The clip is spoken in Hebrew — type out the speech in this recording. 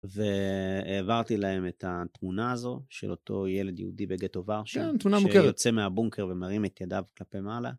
והעברתי להם את התמונה הזו של אותו ילד יהודי בגטו-וורשה... כן, תמונה מוכרת. שיוצא מהבונקר ומרים את ידיו כלפי מעלה.